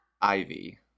Ivy